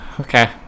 Okay